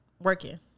Working